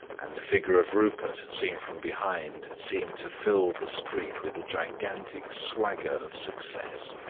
and the figure of rupert seen from behind seemed to fill the street with a gigantic swagger of success.